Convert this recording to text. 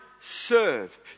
Serve